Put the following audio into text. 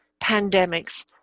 pandemics